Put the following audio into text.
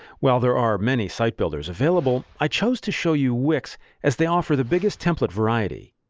while there are many site builders available, i chose to show you wix as they offer the biggest template variety.